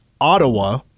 Ottawa